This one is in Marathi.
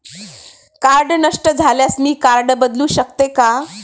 कार्ड नष्ट झाल्यास मी कार्ड बदलू शकते का?